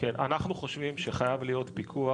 אנחנו חושבים שחייב להיות פיקוח,